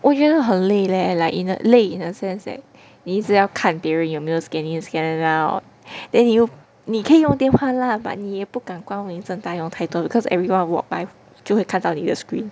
我觉得很累 leh like in a 累 in a sense that 你一直要看别人有没有 scan in and scan out then you 你可以用电话 lah but 你也不敢光明正大用太多 because everyone will walk by 就会看到你的 screen